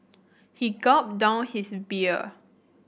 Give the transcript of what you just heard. he gulped down his beer